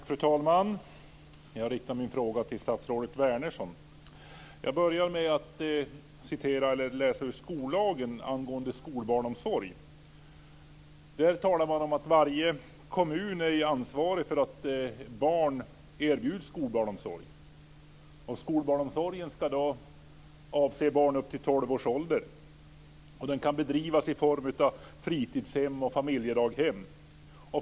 Fru talman! Jag riktar min fråga till statsrådet I skollagen läser jag att varje kommun är ansvarig för att barn erbjuds skolbarnsomsorg. Skolbarnsomsorgen ska avse barn upp till tolv års ålder. Den kan bedrivas i form av fritidshem och familjedaghem.